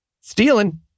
stealing